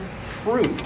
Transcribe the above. fruit